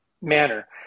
manner